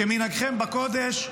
כמנהגכם בקודש,